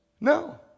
No